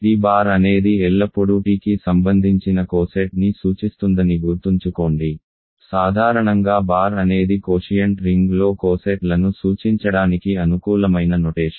t bar అనేది ఎల్లప్పుడూ tకి సంబంధించిన కోసెట్ని సూచిస్తుందని గుర్తుంచుకోండి సాధారణంగా బార్ అనేది కోషియంట్ రింగ్లో కోసెట్లను సూచించడానికి అనుకూలమైన నొటేషన్